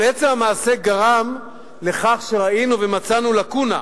אבל עצם המעשה גרם לכך שראינו ומצאנו לקונה,